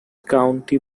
county